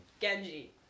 Genji